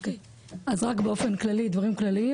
(הצגת מצגת) אז באופן כללי דברים כלליים